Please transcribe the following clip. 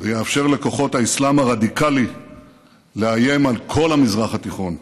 ויאפשר לכוחות האסלאם הרדיקלי לאיים על כל המזרח התיכון.